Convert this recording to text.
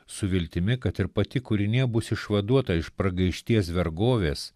su viltimi kad ir pati kūrinija bus išvaduota iš pragaišties vergovės